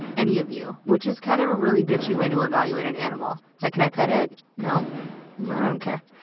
any of you. which is kind of a really bitchy way to evaluate an animal. it's like can i pet it you know don't care.